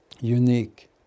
unique